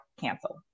cancel